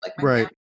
Right